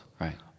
Right